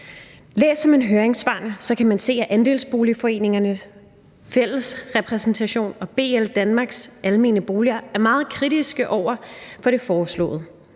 Læser man høringssvarene, kan man se, at Andelsboligforeningernes Fællesrepræsentation og BL – Danmarks Almene Boliger er meget kritiske over for det foreslåede.